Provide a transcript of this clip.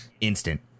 instant